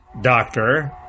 doctor